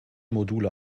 module